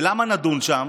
ולמה נדון שם?